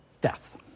death